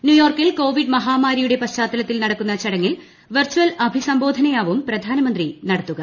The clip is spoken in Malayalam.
ന്യൂയോർക്കിൽ കോവിഡ് മഹാമാരിയുടെ പശ്ചാത്തലത്തിൽ നടക്കുന്ന ചടങ്ങിൽ വിർച്ചൽ അഭിസംബോധനയാവും പ്രധാനമന്ത്രി നടത്തുക